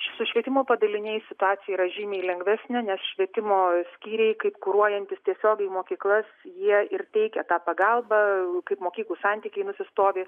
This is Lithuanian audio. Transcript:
su švietimo padaliniais situacija yra žymiai lengvesni nes švietimo skyriai kaip kuruojantys tiesiogiai mokyklas jie ir teikia tą pagalbą kaip mokyklų santykiai nusistovi